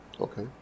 Okay